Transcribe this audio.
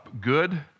...good